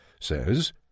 says